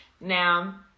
Now